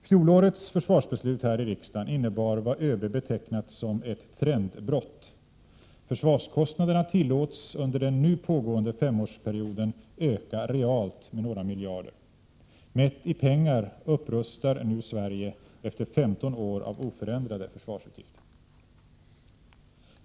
Fjolårets försvarsbeslut här i riksdagen innebar vad ÖB betecknat som ”ett trendbrott”. Försvarskostnaderna tillåts under den nu pågående femårsperioden öka realt med några miljarder. Mätt i pengar upprustar nu Sverige efter 15 år av oförändrade försvarsutgifter.